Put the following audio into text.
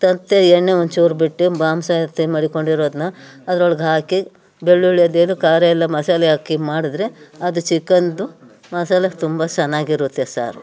ತತ್ತೆ ಎಣ್ಣೆ ಒಂಚೂರು ಬಿಟ್ಟು ಮಾಂಸ ಎತ್ತಿ ಮಡಿಕೊಂಡಿರೋದನ್ನ ಅದ್ರೊಳಗೆ ಹಾಕಿ ಬೆಳ್ಳುಳ್ಳಿ ಅದೇನು ಖಾರ ಎಲ್ಲ ಮಸಾಲೆ ಹಾಕಿ ಮಾಡಿದ್ರೆ ಅದು ಚಿಕನ್ದು ಮಸಾಲೆ ತುಂಬ ಚೆನ್ನಾಗಿರುತ್ತೆ ಸಾರು